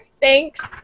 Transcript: Thanks